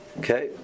okay